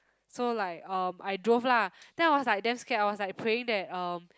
so like um I drove lah then I was like damn scared I was like praying that um